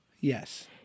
Yes